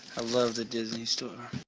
i love the disney store.